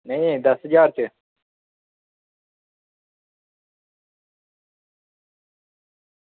नेईं दस ज्हार च